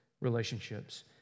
relationships